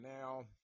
now